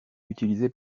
utilisé